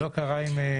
זה לא קרה עם פרץ?